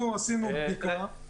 אנחנו עשינו בדיקה.